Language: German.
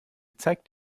zeigt